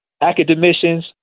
academicians